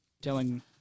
telling